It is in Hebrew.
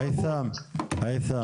הייתם.